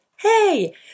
hey